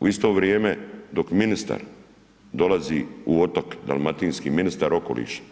U isto vrijeme dok ministar dolazi u Otok dalmatinski, ministar okoliša,